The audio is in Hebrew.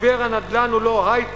משבר הנדל"ן הוא לא היי-טק.